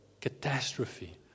catastrophe